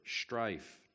strife